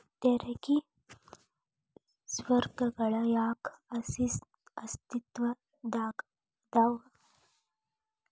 ತೆರಿಗೆ ಸ್ವರ್ಗಗಳ ಯಾಕ ಅಸ್ತಿತ್ವದಾಗದವ